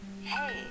Hey